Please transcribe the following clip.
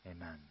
Amen